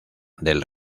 del